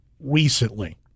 recently